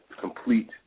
complete